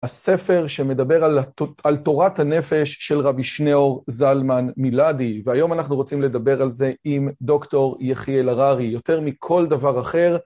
הספר שמדבר על תורת הנפש של רבי שניאור זלמן מלאדי, והיום אנחנו רוצים לדבר על זה עם דוקטור יחיאל הררי, יותר מכל דבר אחר.